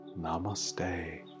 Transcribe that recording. Namaste